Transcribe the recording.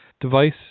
device